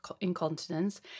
incontinence